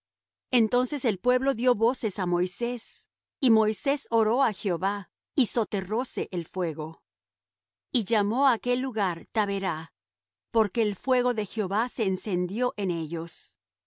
entonces el pueblo dió voces á moisés y moisés oró á jehová y soterróse el fuego y llamó á aquel lugar taberah porque el fuego de jehová se encendió en ellos